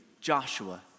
Joshua